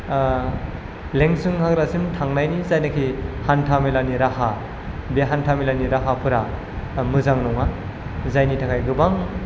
लेंसुं हाग्राजों थांनायनि जायनाखि हान्थामेलानि राहा बे हान्थामेलानि राहाफोरा मोजां नङा जायनि थाखाय गोबां